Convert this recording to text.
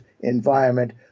environment